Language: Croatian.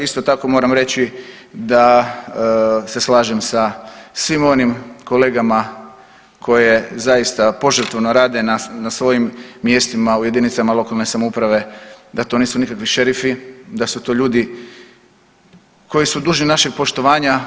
Isto tako moram reći da se slažem sa svim onim kolegama koji zaista požrtvovno rade na svojim mjestima u jedinicama lokalne samouprave, da to nisu nikakvi šerifi, da su to ljudi koji su dužni našeg poštovanja.